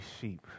sheep